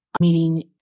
Meaning